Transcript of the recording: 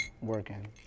working